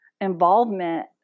involvement